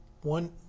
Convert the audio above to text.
one